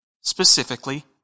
Specifically